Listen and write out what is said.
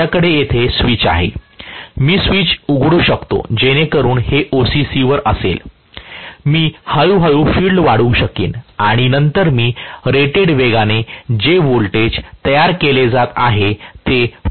माझ्याकडे येथे स्विच आहे मी स्विच उघडू शकतो जेणेकरून हे OCC वर असेल मी हळूहळू फील्ड वाढवू शकेन आणि नंतर मी रेटेड वेगाने जे व्होल्टेज तयार केले आहे ते पाहू शकतो